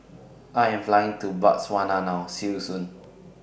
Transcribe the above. I Am Flying to Botswana now See YOU Soon